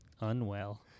Unwell